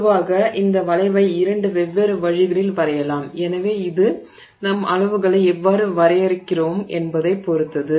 பொதுவாக இந்த வளைவை இரண்டு வெவ்வேறு வழிகளில் வரையலாம் எனவே இது நம் அளவுகளை எவ்வாறு வரையறுக்கிறோம் என்பதைப் பொறுத்தது